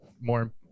more